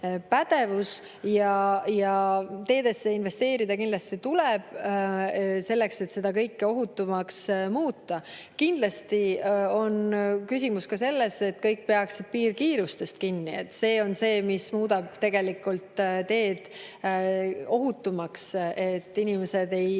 pädevus ja teedesse investeerida kindlasti tuleb, selleks et [liiklust] ohutumaks muuta. Kindlasti on küsimus ka selles, et kõik peaksid piirkiirusest kinni. See on see, mis muudab tegelikult teed ohutumaks, et inimesed ei